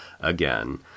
again